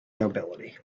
nobility